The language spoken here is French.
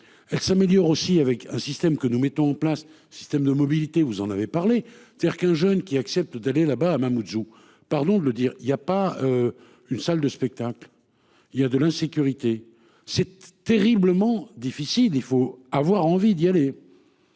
Elle s'améliore aussi avec un système que nous mettons en place. Système de mobilité. Vous en avez parlé. C'est-à-dire qu'un jeune qui acceptent d'aller là-bas à Mamoudzou, pardon de le dire, il y a pas. Une salle de spectacle. Il y a de l'insécurité. C'est terriblement difficile, il faut avoir envie d'y aller.